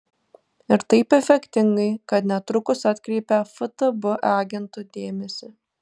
ir taip efektingai kad netrukus atkreipia ftb agentų dėmesį